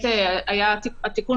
חילוני,